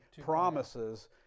promises